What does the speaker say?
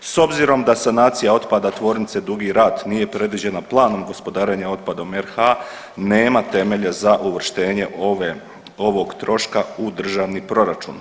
S obzirom da sanacija otpada Tvornice Dugi Rat nije predviđena Planom gospodarenja otpadom RH nema temelja za uvrštenje ovog troška u državni proračun.